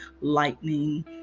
lightning